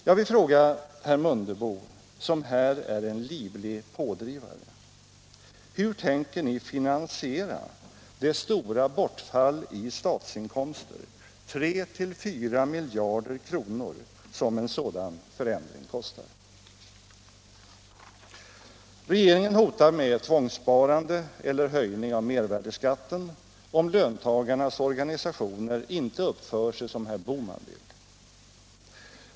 Jag vill fråga herr Mundebo, som här är en livlig pådrivare: Hur tänker ni finansiera det stora bortfall i statsinkomster, 3-4 miljarder kronor, som en sådan förändring kostar? Regeringen hotar med tvångssparande eller höjning av mervärdeskatten, om löntagarnas organisationer inte uppför sig som herr Bohman vill.